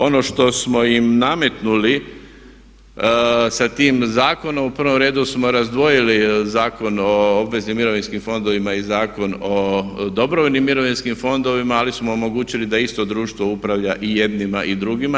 Ono što smo im nametnuli sa tim zakonom, u prvom redu smo razdvojili Zakon o obveznim mirovinskim fondovima i Zakon o dobrovoljnim mirovinskim fondovima ali smo omogućili da isto društvo upravlja i jednima i drugima.